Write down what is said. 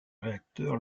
réacteur